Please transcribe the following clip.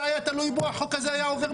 היה תלוי בו החוק הזה היה עובר מזמן.